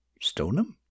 Stoneham